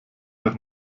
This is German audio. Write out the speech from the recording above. doch